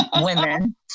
women